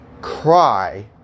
cry